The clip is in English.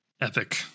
epic